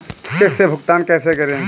Check से भुगतान कैसे करें?